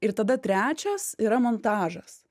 ir tada trečias yra montažas